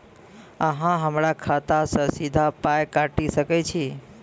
अहॉ हमरा खाता सअ सीधा पाय काटि सकैत छी?